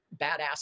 badass